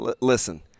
Listen